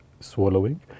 swallowing